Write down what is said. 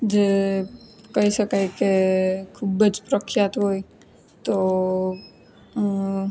જે કહી શકાય કે ખૂબ જ પ્રખ્યાત હોય તો